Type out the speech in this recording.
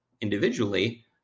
individually